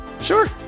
sure